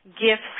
gifts